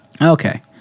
Okay